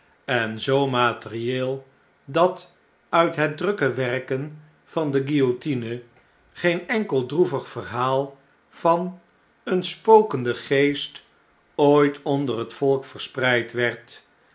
en zoo materieel dat uit het drukke werken van de guillotine geen enkel droevig verhaal van een spokenden geest ooit onder het volk verspreid werd